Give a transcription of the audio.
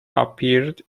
appeared